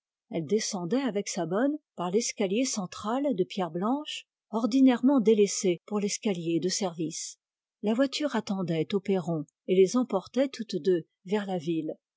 elle descendait avec sa bonne par l'escalier central de pierre blanche ordinairement délaissé pour l'escalier de service la voiture attendait au perron et les emportait toutes deux vers la ville